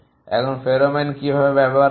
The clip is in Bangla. এখন ফেরোমন কীভাবে ব্যবহার করবে